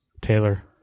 Taylor